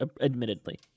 admittedly